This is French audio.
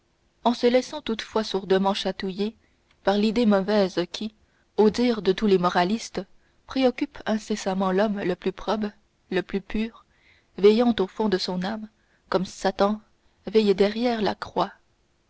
en se laissant toutefois sourdement chatouiller par l'idée mauvaise qui au dire de tous les moralistes préoccupe incessamment l'homme le plus probe et le plus pur veillant au fond de son âme comme satan veille derrière la croix